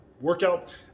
workout